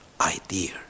idea